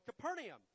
Capernaum